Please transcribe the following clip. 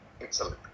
Excellent